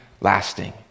lasting